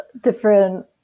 different